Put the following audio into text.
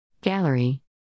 Gallery